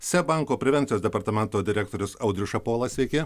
seb banko prevencijos departamento direktorius audrius šapola sveiki